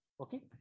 okay